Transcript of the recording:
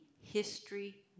History